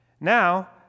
Now